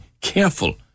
careful